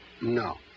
no